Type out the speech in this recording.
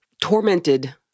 tormented